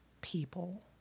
people